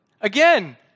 Again